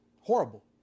horrible